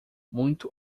muito